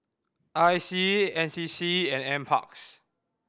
I C N C C and Nparks